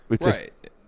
Right